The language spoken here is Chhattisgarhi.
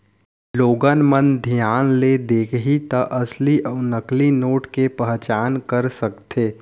लोगन मन धियान ले देखही त असली अउ नकली नोट के पहचान कर सकथे